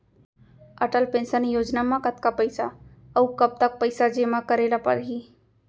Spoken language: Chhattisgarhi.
अटल पेंशन योजना म कतका पइसा, अऊ कब तक पइसा जेमा करे ल परही?